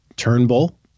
Turnbull